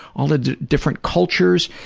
all the different cultures,